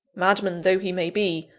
madman though he may be,